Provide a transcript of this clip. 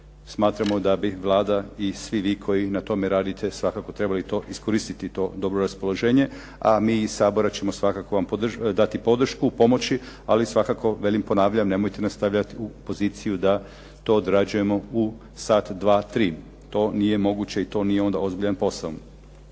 smatramo da bi Vlada i svi vi koji na tome radite svakako trebali iskoristiti to dobro raspoloženje, a mi iz Sabora ćemo svakako vam dati podršku, pomoći, ali svakako velim, ponavljam, nemojte nas stavljati u poziciju da to odrađujemo u sat, dva, tri. To nije moguće i to nije onda ozbiljan posao.